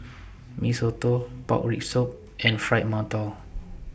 Mee Soto Pork Rib Soup and Fried mantou